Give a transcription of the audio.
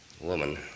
woman